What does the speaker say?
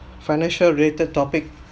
financial related topic